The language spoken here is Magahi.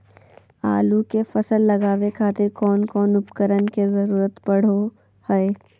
आलू के फसल लगावे खातिर कौन कौन उपकरण के जरूरत पढ़ो हाय?